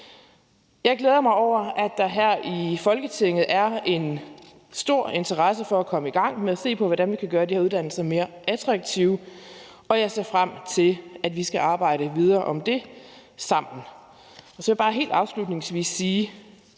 Jeg glæder mig over, at der her i Folketinget er en stor interesse for at komme i gang med at se på, hvordan vi kan gøre de her uddannelser mere attraktive, og jeg ser frem til, at vi skal arbejde videre med det sammen. Så vil jeg bare helt afslutningsvis sige,